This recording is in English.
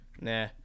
nah